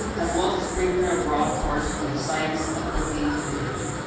as well as a spring term abroad course on the science of cooking in italy.